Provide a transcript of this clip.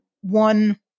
one